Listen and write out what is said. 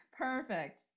Perfect